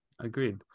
agreed